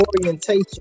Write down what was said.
orientation